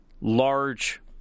large